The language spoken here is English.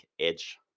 edge